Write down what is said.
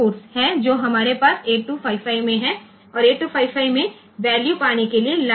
તેથી તે ફરીથી બીજો પોર્ટ છે જે આપણી પાસે 8255 માં છે અને 8255 માં મૂલ્યો મેળવવા માટે આ 3 પોર્ટ હોય છે